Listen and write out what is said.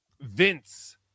Vince